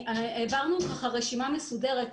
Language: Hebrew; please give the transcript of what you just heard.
העברנו ככה רשימה מסודרת.